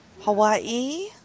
Hawaii